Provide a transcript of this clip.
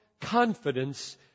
confidence